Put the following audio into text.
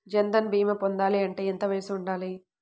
జన్ధన్ భీమా పొందాలి అంటే ఎంత వయసు ఉండాలి?